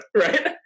right